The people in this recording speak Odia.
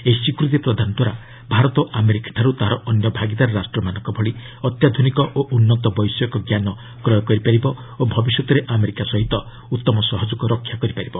ଏହି ସ୍ୱୀକୃତି ପ୍ରଦାନ ଦ୍ୱାରା ଭାରତ ଆମେରିକାଠାରୁ ତାହାର ଅନ୍ୟ ଭାଗିଦାର ରାଷ୍ଟ୍ରମାନଙ୍କ ଭଳି ଅତ୍ୟାଧୁନିକ ଓ ଉନ୍ନତ ବୈଷୟିକ ଜ୍ଞାନ କ୍ରୟ କରିପାରିବ ଓ ଭବିଷ୍ୟତରେ ଆମେରିକା ସହିତ ଉତ୍ତମ ସହଯୋଗ ରକ୍ଷା କରିପାରିବ